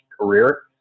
career